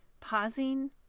pausing